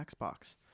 Xbox